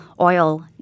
oil